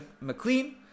McLean